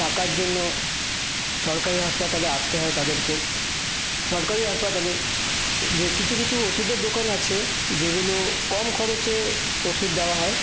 টাকার জন্য সরকারি হাসপাতালে আসতে হয় তাদেরকেও সরকারি হাসপাতালে কিছু কিছু ওষুধের দোকান আছে যেগুলো কম খরচে ওষুধ দেওয়া হয়